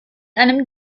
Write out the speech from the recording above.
einem